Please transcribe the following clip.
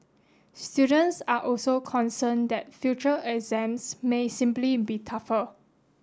students are also concerned that future exams may simply be tougher